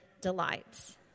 delights